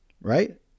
right